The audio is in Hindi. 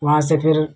वहाँ से फिर